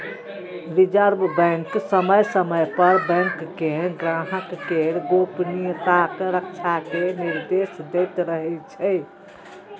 reserve bank समय समय पर बैंक कें ग्राहक केर गोपनीयताक रक्षा के निर्देश दैत रहै छै